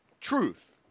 Truth